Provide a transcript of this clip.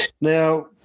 now